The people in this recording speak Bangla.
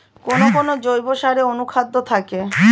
কোন কোন জৈব সারে অনুখাদ্য থাকে?